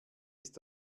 ist